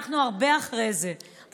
אנחנו הרבה אחרי זה.